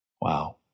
Wow